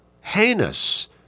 heinous